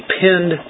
pinned